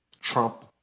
Trump